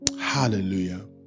Hallelujah